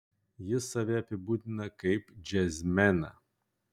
jis save apibūdina kaip džiazmeną